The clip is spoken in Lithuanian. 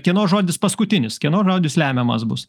kieno žodis paskutinis kieno žodis lemiamas bus